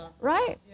Right